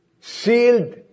sealed